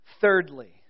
Thirdly